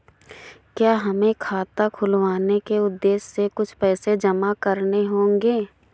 क्या हमें खाता खुलवाने के उद्देश्य से कुछ पैसे जमा करने होंगे?